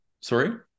Sorry